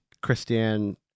Christian